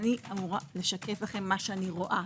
ואני אמורה לשקף לכם מה שאני רואה.